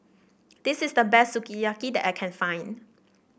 this is the best Sukiyaki that I can find